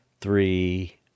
three